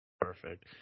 Perfect